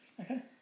Okay